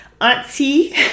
auntie